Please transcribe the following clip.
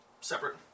separate